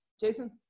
Jason